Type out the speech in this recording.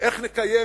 איך נקיים